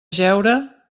jeure